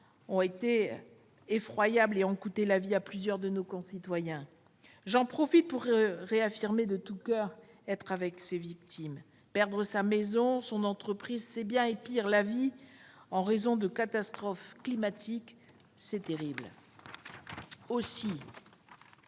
ont été effroyables, coûtant la vie à plusieurs de nos concitoyens. J'en profite pour réaffirmer que nous sommes de tout coeur avec les victimes. Perdre sa maison, son entreprise, ses biens ou, pis, la vie en raison de ces catastrophes climatiques, c'est terrible